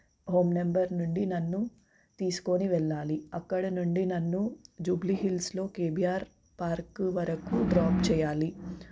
home number నుండి నన్ను తీసుకొని వెళ్ళాలి అక్కడ నుండి నన్ను జూబిలీహిల్స్లో కేబీఆర్ పార్క్ వరకు డ్రాప్ చేయాలి